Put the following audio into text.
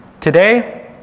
Today